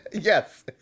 Yes